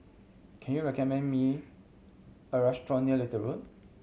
can you recommend me a restaurant near Little Road